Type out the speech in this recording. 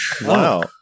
Wow